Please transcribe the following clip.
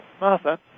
Martha